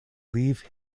leave